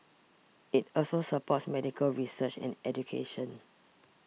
it also supports medical research and education